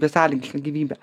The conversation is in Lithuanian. besąlygiška gyvybe